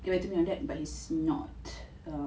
get back to me on that but he's not